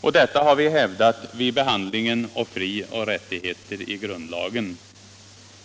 och detta har vi hävdat vid behandlingen av frioch rättigheter i grundlagen.